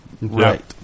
right